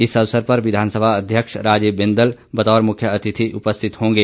इस अवसर पर विधानसभा अध्यक्ष राजीव बिंदल बतौर मुख्यातिथि उपस्थित होंगे